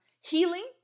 Healing